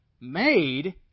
made